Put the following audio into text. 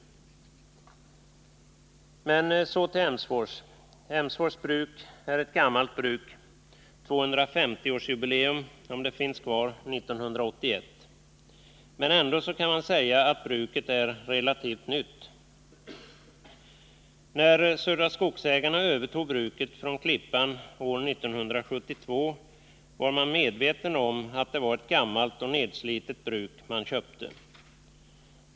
Så till Emsfors. Emsfors bruk är ett gammalt bruk — det har 250 årsjubileum, om det då finns kvar, 1981. Ändå kan man säga att bruket är relativt nytt. När Södra Skogsägarna övertog bruket från Klippans bruk år 1972 var man medveten om att det var ett gammalt och nedslitet bruk man köpte.